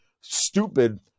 stupid